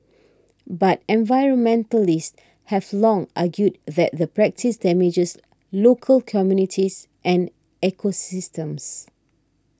but environmentalists have long argued that the practice damages local communities and ecosystems